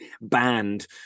banned